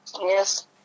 Yes